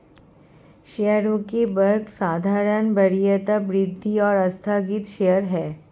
शेयरों के वर्ग साधारण, वरीयता, वृद्धि और आस्थगित शेयर हैं